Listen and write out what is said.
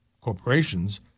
corporations